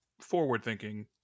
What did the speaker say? forward-thinking